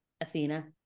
Athena